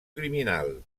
criminal